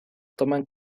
toman